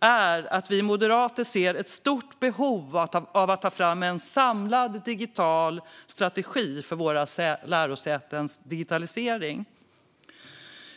är något som vi moderater ser ett stort behov av, nämligen att det måste tas fram en samlad digital strategi för lärosätenas digitalisering.